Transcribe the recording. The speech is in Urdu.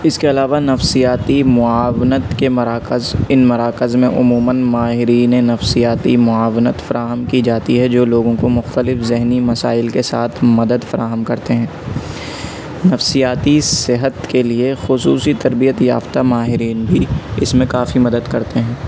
اس کے علاوہ نفسیاتی معاونت كے مراكز ان مراكز میں عموماً ماہرین نفسیاتی معاونت فراہم كی جاتی ہے جو لوگوں کو مختلف ذہنی مسائل کے ساتھ مدد فراہم کرتے ہیں نفسیاتی صحت کے لیے خصوصی تربیت یافتہ ماہرین بھی اس میں کافی مدد کرتے ہیں